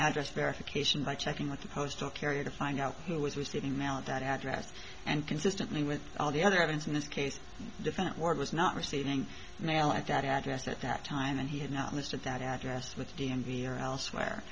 address verification by checking with the postal carrier to find out who was receiving mail at that address and consistently with all the other evidence in this case different word was not receiving mail at that address at that time and he had not listed that address with the d m v or elsewhere